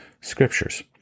scriptures